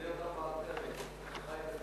חבר הכנסת אריה ביבי ביקש